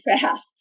fast